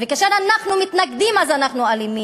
וכאשר אנחנו מתנגדים אנחנו אלימים,